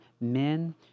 men